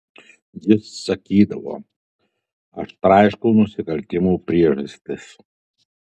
jis sakydavo aš traiškau nusikaltimų priežastis